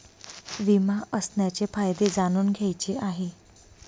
विमा असण्याचे फायदे जाणून घ्यायचे आहे